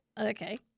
Okay